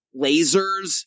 lasers